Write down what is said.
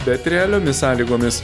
bet realiomis sąlygomis